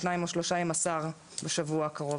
שניים או שלושה עם השר בשבוע הקרוב,